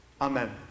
Amen